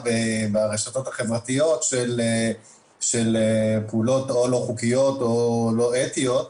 ברשתות החברתיות של פעולות או לא חוקיות או לא אתיות.